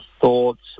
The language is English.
thoughts